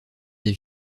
des